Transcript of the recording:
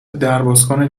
دربازکن